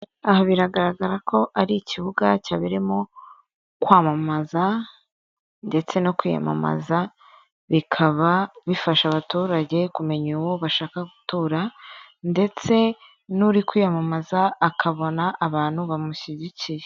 Aha biragaragara ko ari ikibuga cyabereyemo kwamamaza ndetse no kwiyamamaza, bikaba bifasha abaturage kumenya uwo bashaka gutora, ndetse nuri kwiyamamaza akabona abantu bamushyigikiye.